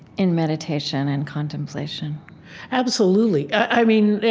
in meditation and contemplation absolutely. i mean,